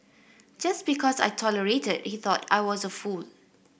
just because I tolerated he thought I was a fool